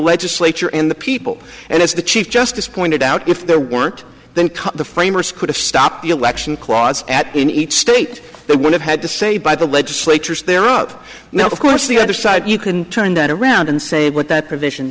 legislature and the people and as the chief justice pointed out if there weren't then the framers could have stopped the election clause at in each state they would have had to say by the legislators they're up now of course the other side you can turn that around and say what that provision